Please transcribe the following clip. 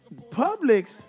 Publix